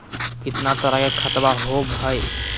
कितना तरह के खातवा होव हई?